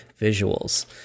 visuals